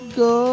go